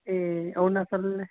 এই অৰুণাচললৈ